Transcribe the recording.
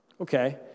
okay